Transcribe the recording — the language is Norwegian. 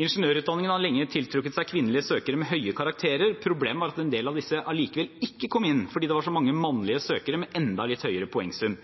Ingeniørutdanningen har lenge tiltrukket seg kvinnelige søkere med høye karakterer, problemet var at en del av disse likevel ikke kom inn, fordi det var så mange mannlige søkere med enda litt høyere poengsum.